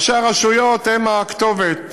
ראשי הרשויות הם הכתובת